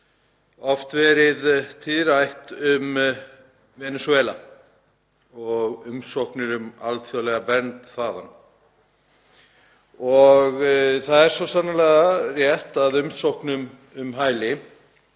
oft verið tíðrætt um Venesúela og umsóknir um alþjóðlega vernd þaðan. Það er svo sannarlega rétt að umsóknum um hæli